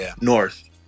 north